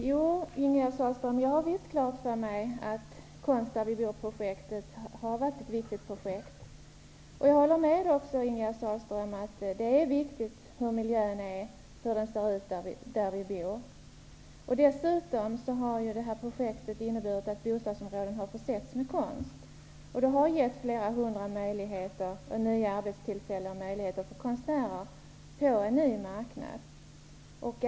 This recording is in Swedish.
Fru talman! Jag har, Ingegerd Sahlström, visst klart för mig att Konst där vi bor-projektet har varit ett viktigt projekt. Jag håller också med henne om att det är viktigt hur miljön ser ut där vi bor. Dessutom har detta projekt inneburit att bostadsområden har försetts med konst. Det har gett flera hundra konstnärer möjligheter och nya arbetstillfällen på en ny marknad.